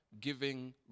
giving